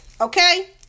okay